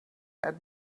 had